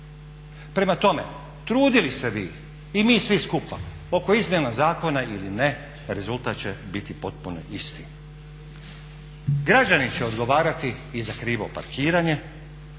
Prema tome, trudili se vi i mi svi skupa oko izmjena zakona ili ne rezultat će biti potpuno isti. Građani će odgovarati i za krivo parkiranje.